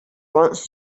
wants